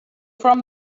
from